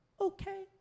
Okay